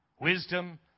Wisdom